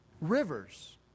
rivers